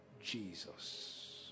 Jesus